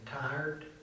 tired